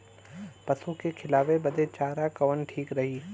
पशु के खिलावे बदे चारा कवन ठीक रही?